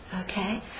Okay